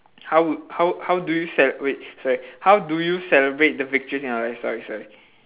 how would how how do you cel~ wait sorry how do you celebrate the victories in your life sorry sorry